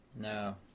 No